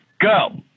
Go